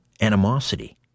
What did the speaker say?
animosity